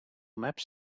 maps